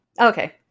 Okay